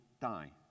die